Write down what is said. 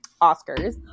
Oscars